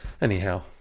anyhow